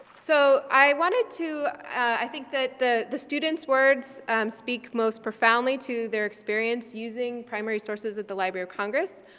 so i wanted to, i think that the the student's words speak most profoundly to their experience using primary sources at the library of congress.